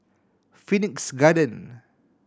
Phoenix Garden